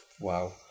Wow